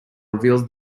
reveals